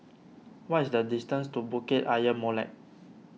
what is the distance to Bukit Ayer Molek